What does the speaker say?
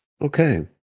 Okay